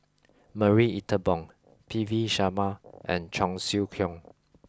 Marie Ethel Bong P V Sharma and Cheong Siew Keong